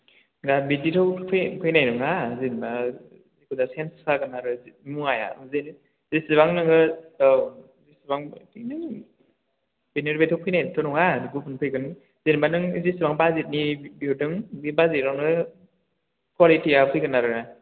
दा बिदिथ' फै फैनाय नङा जेनबा फुरा चेन्ज जागोन आरो मुवाया बिदिनो जेसेबां नोङो एसेबां नों बेनो बेथ' फैनायथ' नङा गुबुन फैगोन जेनबा नों जेसेबां बाजेदनि बिहरदों बे बाजेदआवनो कवालिटिया फैगोन आरो